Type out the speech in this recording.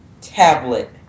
tablet